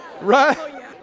Right